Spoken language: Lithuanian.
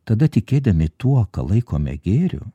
tada tikėdami tuo ką laikome gėriu